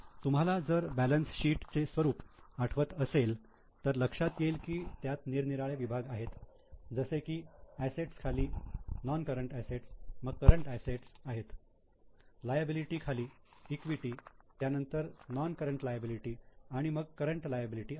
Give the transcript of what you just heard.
तुम्हाला जर balance sheet चे स्वरूप आठवत असेल तर लक्षात येईल की त्यात निरनिराळे विभाग आहेत जसे की असेट्स खाली नॉन करंट असेट्स मग करंट असेट्स आहेत लायबिलिटी खाली इक्विटी त्यानंतर नॉन करंट लायबिलिटी आणि मग करंट लायबिलिटी आहे